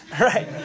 right